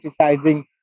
criticizing